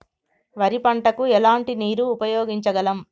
వరి పంట కు ఎలాంటి నీరు ఉపయోగించగలం?